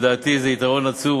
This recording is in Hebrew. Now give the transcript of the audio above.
לדעתי זה יתרון עצום.